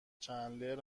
چندلر